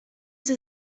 sie